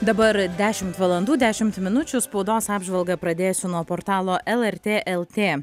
dabar dešimt valandų dešimt minučių spaudos apžvalgą pradėsiu nuo portalo lrt lt